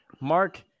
Mark